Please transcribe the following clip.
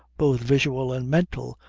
both visual and mental,